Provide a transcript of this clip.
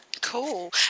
Cool